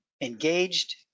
engaged